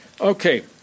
Okay